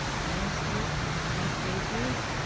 manuscripts, newspapers,